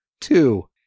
Two